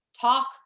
talk